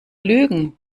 lügen